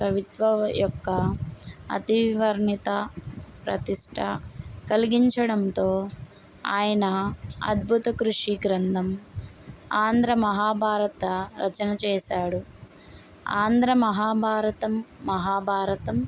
కవిత్వ యొక్క అతివర్ణిత ప్రతిష్ట కలిగించడంతో ఆయన అద్భుత కృషి గ్రంథం ఆంధ్ర మహాభారత రచన చేశాడు ఆంధ్ర మహాభారతం మహాభారతం